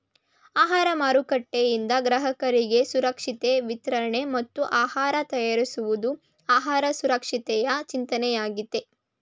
ಆಹಾರ ಮಾರುಕಟ್ಟೆಯಿಂದ ಗ್ರಾಹಕರಿಗೆ ಸುರಕ್ಷಿತ ವಿತರಣೆ ಮತ್ತು ಆಹಾರ ತಯಾರಿಸುವುದು ಆಹಾರ ಸುರಕ್ಷತೆಯ ಚಿಂತನೆಯಾಗಯ್ತೆ